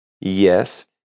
Yes